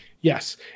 Yes